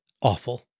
awful